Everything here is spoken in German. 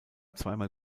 zweimal